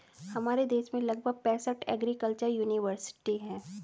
हमारे देश में लगभग पैंसठ एग्रीकल्चर युनिवर्सिटी है